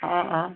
हाँ हाँ